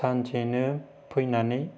सानसेनो फैनानै